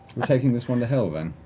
and taking this one to hell then?